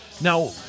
Now